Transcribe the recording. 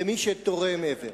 למי שתורם איבר.